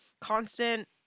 constant